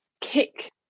kick